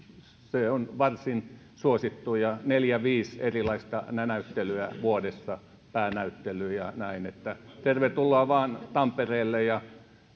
se on varsin suosittu ja on neljä viisi erilaista näyttelyä vuodessa päänäyttelyjä näin että tervetuloa vain tampereelle ja